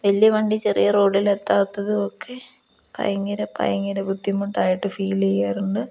വലിയ വണ്ടി ചെറിയ റോഡിലെത്താത്തതുമൊക്കെ ഭയങ്കര ഭയങ്കര ബുദ്ധിമുട്ടായിട്ട് ഫീലെയ്യാറുണ്ട്